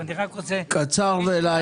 קודם כול,